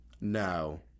No